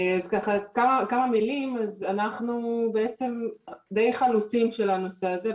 אנחנו בעצם די חלוצים של הנושא הזה,